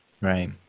Right